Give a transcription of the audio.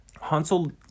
Hansel